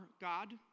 God